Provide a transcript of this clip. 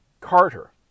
Carter